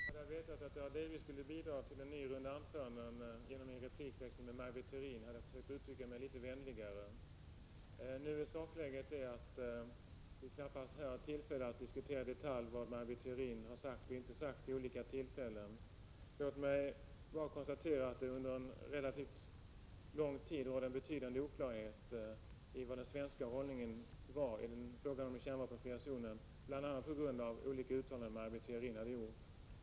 Herr talman! Hade jag vetat att jag delvis skulle bidra till en ny runda med anföranden genom min replikväxling med Maj Britt Theorin hade jag försökt uttrycka mig litet vänligare. Sakläget är att vi knappast här har möjlighet att diskutera i detalj vad Maj Britt Theorin sagt och inte sagt vid olika tillfällen. Låt mig bara konstatera att det under en relativt lång tid har rått betydande oklarheter om den svenska hållningen i fråga om en kärnvapenfri zon, bl.a. på grund av olika uttalanden av Maj Britt Theorin.